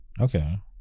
okay